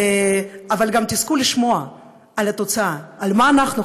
אבל גם תזכו לשמוע על התוצאה: מה אנחנו,